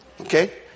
Okay